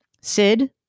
Sid